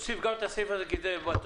היום אין מקצה שיפורים, זה ייגמר היום.